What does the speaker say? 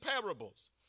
parables